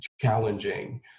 challenging